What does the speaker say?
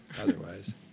otherwise